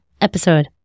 episode